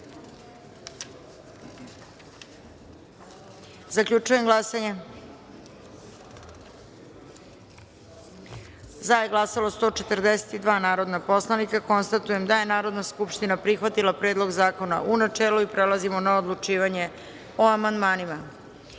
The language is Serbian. izjasnimo. Zaključujem glasanje: za – 142 narodna poslanika. Konstatujem da je Narodna skupština prihvatila Predlog zakona, u načelu. Prelazimo na odlučivanje o amandmanima. Na